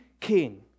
king